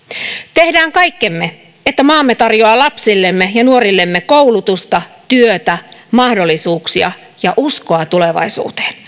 tehdään kaikkemme että maamme tarjoaa lapsillemme ja nuorillemme koulutusta työtä mahdollisuuksia ja uskoa tulevaisuuteen